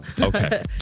Okay